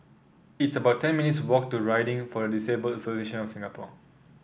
it's about ten minutes' walk to Riding for the Disabled Association of Singapore